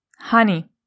Honey